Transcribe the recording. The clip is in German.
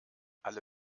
alle